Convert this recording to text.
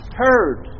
heard